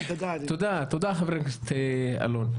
תודה, חבר הכנסת אלון.